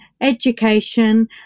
education